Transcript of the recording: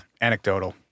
anecdotal